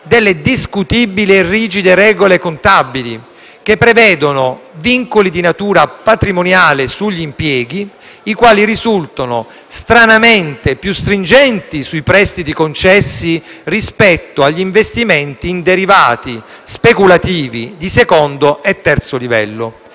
delle discutibili e rigide regole contabili che prevedono vincoli di natura patrimoniale sugli impieghi, i quali risultano stranamente più stringenti sui prestiti concessi rispetto agli investimenti in derivati speculativi di secondo e terzo livello.